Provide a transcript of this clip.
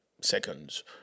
seconds